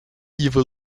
evil